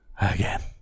again